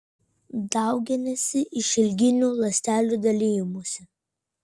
dauginasi išilginiu ląstelių dalijimusi